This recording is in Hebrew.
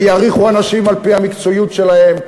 ויעריכו אנשים על-פי המקצועיות שלהם,